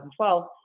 2012